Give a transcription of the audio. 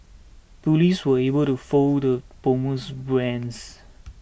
police were able to foil the bomber's